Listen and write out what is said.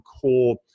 core